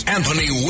Anthony